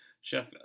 Chef